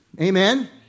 Amen